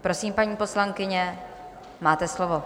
Prosím, paní poslankyně, máte slovo.